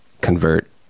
convert